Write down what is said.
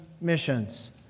missions